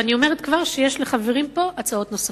ואני אומרת כבר שיש לחברים פה הצעות נוספות.